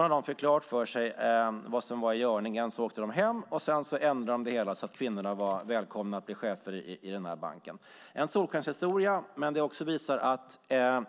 När de fick klart för sig vad som var i görningen åkte de hem och ändrade det hela så att kvinnorna var välkomna att bli chefer i den här banken. Det är en solskenshistoria, men den visar att